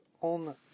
on